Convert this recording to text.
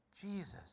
Jesus